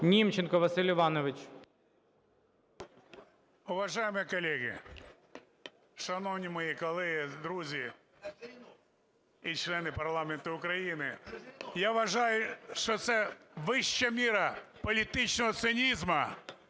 Німченко Василь Іванович.